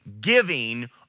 giving